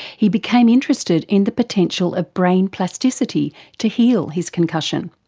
he became interested in the potential of brain plasticity to heal his concussion,